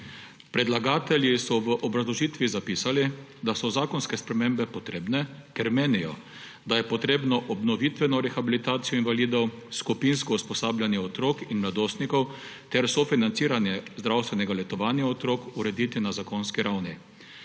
Predlagatelji so v obrazložitvi zapisali, da so zakonske spremembe potrebne, ker menijo, da je potrebno obnovitveno rehabilitacijo invalidov, skupinsko usposabljanje otrok in mladostnikov ter sofinanciranje zdravstvenega letovanja otrok urediti na zakonski ravni.